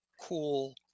cool